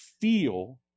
feel